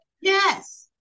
Yes